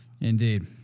Indeed